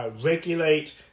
regulate